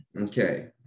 okay